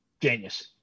Genius